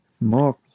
more